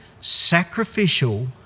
sacrificial